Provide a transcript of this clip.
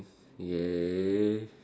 yeah